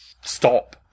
stop